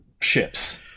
ships